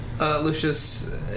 Lucius